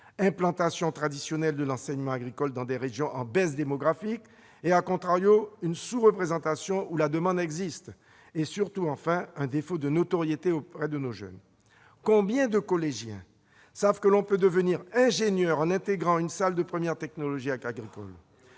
l'implantation traditionnelle de l'enseignement agricole dans des régions enregistrant une baisse démographique, et, la sous-représentation où la demande existe ; et surtout, le défaut de notoriété auprès de nos jeunes. Combien de collégiens savent que l'on peut devenir ingénieur en intégrant une classe de première technologique agricole ?